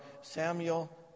Samuel